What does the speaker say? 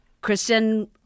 Kristen